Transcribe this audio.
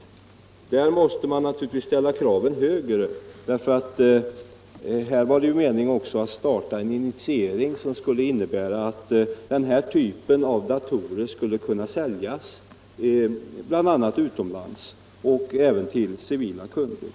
I det avseendet måste man naturligtvis ställa kraven högre, eftersom meningen var att starta en verksamhet innefattande för säljning av datorer bl.a. utomlands, även till civila kunder.